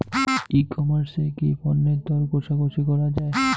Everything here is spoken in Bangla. ই কমার্স এ কি পণ্যের দর কশাকশি করা য়ায়?